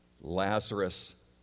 Lazarus